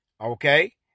Okay